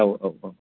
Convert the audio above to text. औ औ औ